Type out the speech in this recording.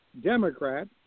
Democrat